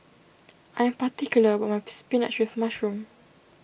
I am particular about my Spinach with Mushroom